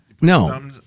No